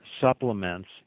supplements